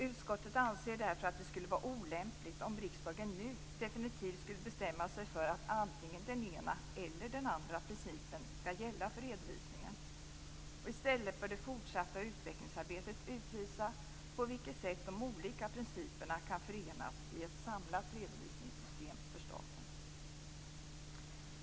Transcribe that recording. Utskottet anser därför att det skulle vara olämpligt om riksdagen nu definitivt skulle bestämma sig för att antingen den ena eller den andra principen skall gälla för redovisningen. I stället bör det fortsatta utvecklingsarbetet utvisa på vilket sätt de olika principerna kan förenas i ett samlat redovisningssystem för staten.